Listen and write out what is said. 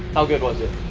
how good was it?